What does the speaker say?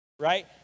Right